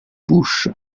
buch